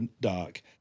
dark